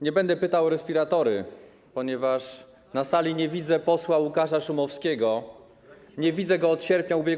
Nie będę pytał o respiratory, ponieważ na sali nie widzę posła Łukasza Szumowskiego, nie widzę go od sierpnia ub.r.